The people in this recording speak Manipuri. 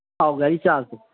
ꯑꯧ ꯒꯥꯔꯤ ꯆꯥꯔꯖꯇꯣ